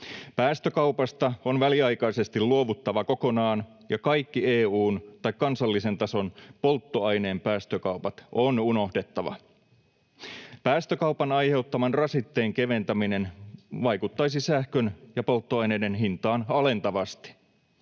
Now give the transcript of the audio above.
Päästökaupasta on väliaikaisesti luovuttava kokonaan, ja kaikki EU:n tai kansallisen tason polttoaineen päästökaupat on unohdettava. Päästökaupan aiheuttaman rasitteen keventäminen vaikuttaisi sähkön ja polttoaineiden hintaan alentavasti.